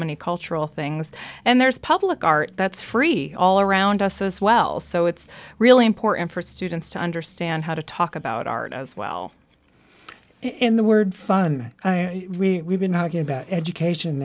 many cultural things and there's public art that's free all around us as well so it's really important for students to understand how to talk about art as well in the word fun we've been talking about education